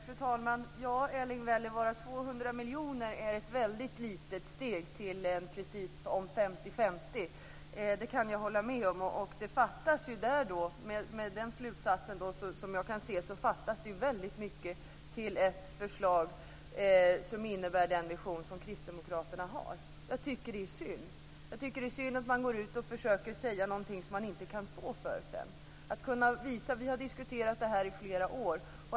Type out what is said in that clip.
Fru talman! 200 miljoner är ett väldigt litet steg mot en princip om 50/50, Erling Wälivaara. Det kan jag hålla med om. Det fattas som jag kan se väldigt mycket innan man kan lägga fram ett förslag som förverkligar den vision som kristdemokraterna har. Jag tycker att det är synd. Jag tycker att det är synd att man går ut och säger någonting som man sedan inte kan stå för. Vi har diskuterat detta i flera år.